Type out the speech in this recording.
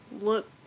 look